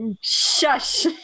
Shush